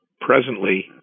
Presently